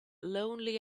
lonely